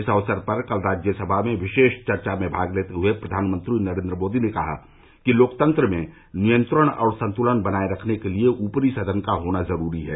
इस अवसर पर कल राज्यसभा में विशेष चर्चा में भाग लेते हुए प्रघानमंत्री नरेन्द्र मोदी ने कहा कि लोकतंत्र में नियंत्रण और संतुलन बनाए रखने के लिए ऊपरी सदन का होना जरूरी है